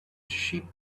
sheep